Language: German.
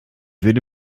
würde